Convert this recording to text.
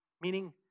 meaning